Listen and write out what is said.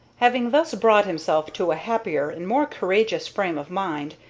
having thus brought himself to a happier and more courageous frame of mind,